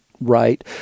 right